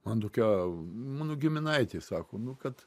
man tokia mano giminaitė sako nu kad